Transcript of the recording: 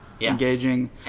engaging